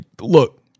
look